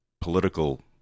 political